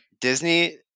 Disney